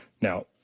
Now